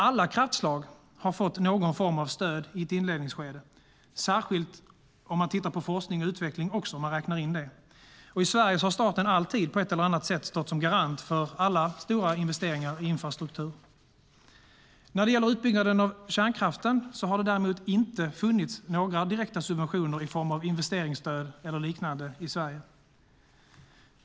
Alla kraftslag har fått någon form av stöd i ett inledningsskede, särskilt om man tittar på forskning och utveckling och räknar in det. I Sverige har staten alltid på ett eller annat sätt stått som garant för alla stora investeringar i infrastruktur. När det gäller utbyggnaden av kärnkraften har det däremot inte funnits några direkta subventioner i form av investeringsstöd eller liknande i Sverige.